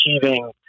achieving